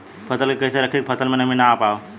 फसल के कैसे रखे की फसल में नमी ना आवा पाव?